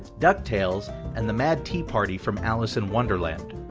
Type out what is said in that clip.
ducktales, and the mad tea party from alice in wonderland.